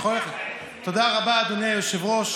תודה רבה, אדוני היושב-ראש.